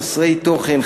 חסרי תוכן,